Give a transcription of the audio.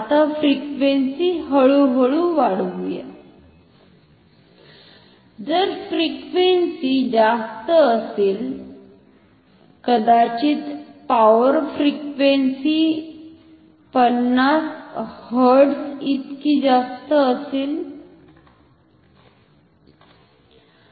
आता फ्रिक्वेन्सी हळुहळु वाढवुया जर फ्रिक्वेन्सी जास्त असेल कदाचित पॉवर फ्रिक्वेन्सी 50 हर्ट्झ इतकी जास्त असेल